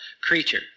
creature